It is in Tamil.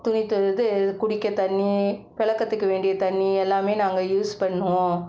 துணி து இது குடிக்க தண்ணி புலக்கத்துக்கு வேண்டிய தண்ணி எல்லாமே நாங்கள் யூஸ் பண்ணுவோம்